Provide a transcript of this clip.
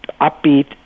upbeat